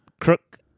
Crook